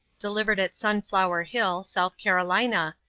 delivered at sunflower hill, south carolina,